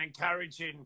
encouraging